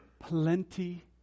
plenty